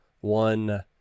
one